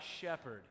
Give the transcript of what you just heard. shepherd